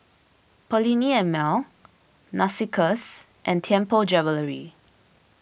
Perllini and Mel Narcissus and Tianpo Jewellery